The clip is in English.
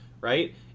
right